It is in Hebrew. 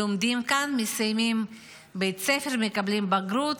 לומדים כאן, מסיימים בית ספר, מקבלים בגרות